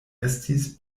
estis